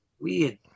weird